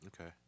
Okay